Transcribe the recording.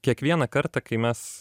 kiekvieną kartą kai mes